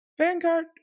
Vanguard